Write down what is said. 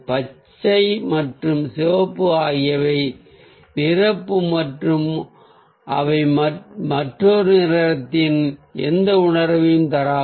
பச்சை மற்றும் சிவப்பு ஆகியவை நிரப்பு மற்றும் அவை மற்றொரு நிறத்தின் எந்த உணர்வையும் தராது